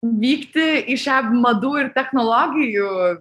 vykti į šią madų ir technologijų